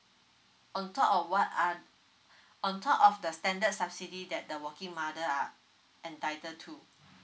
on top of what uh on top of the standard subsidy that the working mother are entitled to